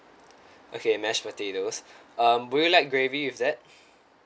okay mash potatoes um would you like gravy with that